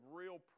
real